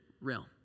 realm